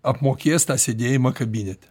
apmokės tą sėdėjimą kabinete